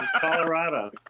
Colorado